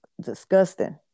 disgusting